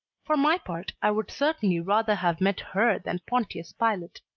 for my part i would certainly rather have met her than pontius pilate.